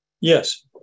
Yes